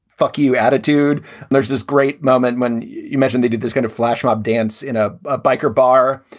fuck you attitude. and there's this great moment when you mentioned they did this kind of flashmob dance in a ah biker bar.